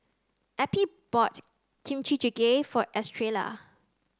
Eppie bought Kimchi Jjigae for Estrella